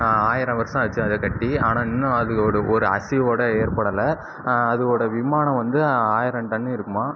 ஆயரம் வருஷம் ஆச்சு அதை கட்டி ஆனால் இன்னும் அது ஒரு ஒரு அசைவுக்கூட ஏற்படலை அதுவோட விமானம் வந்து ஆயிரம் டன்னு இருக்குமாம்